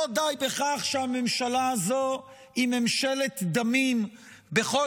לא די בכך שהממשלה הזו היא ממשלת דמים בכל